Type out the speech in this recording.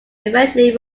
eventually